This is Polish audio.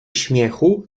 śmiechu